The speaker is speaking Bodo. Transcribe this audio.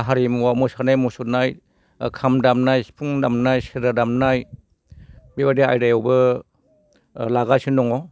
हारिमुवाव मोसानाय मुसुरनाय खाम दामनाय सिफुं दामनाय सेरजा दामनाय बेबायदि आयदायावबो लागासिनो दङ